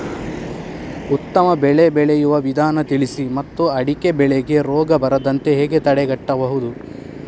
ಉತ್ತಮ ಬೆಳೆ ಬೆಳೆಯುವ ವಿಧಾನ ತಿಳಿಸಿ ಮತ್ತು ಅಡಿಕೆ ಬೆಳೆಗೆ ರೋಗ ಬರದಂತೆ ಹೇಗೆ ತಡೆಗಟ್ಟಬಹುದು?